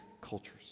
cultures